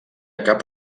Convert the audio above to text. cap